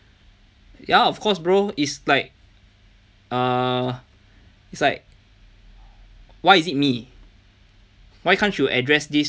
ya of course bro it's like uh is like why is it me why can't you address this